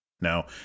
Now